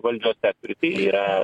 valdžios sektoriui tai yra